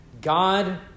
God